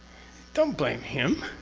don't blame him.